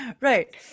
Right